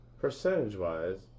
percentage-wise